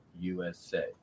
USA